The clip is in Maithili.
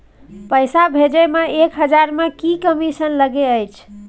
पैसा भैजे मे एक हजार मे की कमिसन लगे अएछ?